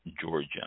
Georgia